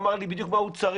הוא אמר לי בדיוק מה הוא צריך.